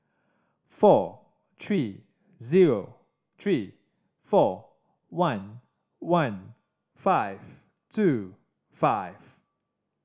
four three zero three four one one five two five